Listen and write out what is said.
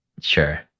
Sure